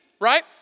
right